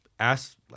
ask